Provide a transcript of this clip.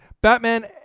Batman